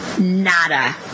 Nada